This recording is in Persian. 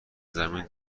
زمین